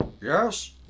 Yes